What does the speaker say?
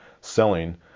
selling